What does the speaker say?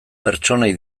pertsonei